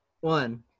one